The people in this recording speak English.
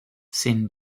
sin